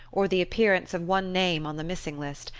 or the appearance of one name on the missing list,